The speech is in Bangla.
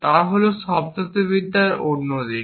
তা হল শব্দার্থবিদ্যার অন্য দিক